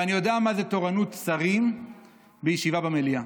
ואני יודע מה זה תורנות שרים בישיבה במליאה.